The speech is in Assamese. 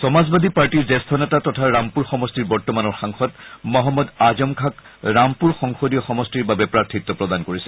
সমাজবাদী পাৰ্টীৰ জ্যেষ্ঠ নেতা তথা ৰামপুৰ সমষ্টিৰ বৰ্তমানৰ সাংসদ মহম্মদ আজম খাঁক ৰামপুৰ সংসদীয় সমষ্টিৰ বাবে প্ৰাৰ্থীত্ব প্ৰদান কৰিছে